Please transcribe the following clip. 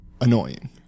annoying